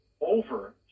over